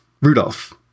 Rudolph